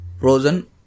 frozen